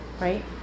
right